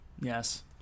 Yes